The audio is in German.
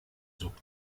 sucht